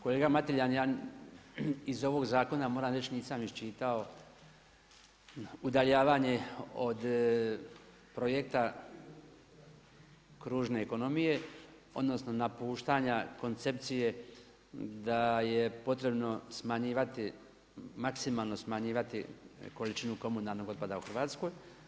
Kolega Mateljan ja iz ovog zakona moram reći nisam iščitao udaljavanje od projekta kružne ekonomije odnosno napuštanja koncepcije da je potrebno smanjivati maksimalno smanjivati količinu komunalnog otpada u Hrvatskoj.